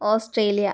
Australia